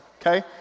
okay